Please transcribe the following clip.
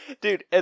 Dude